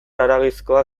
haragizkoa